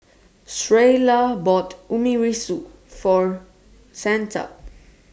Sheyla bought Omurice For Santa